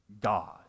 God